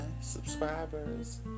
subscribers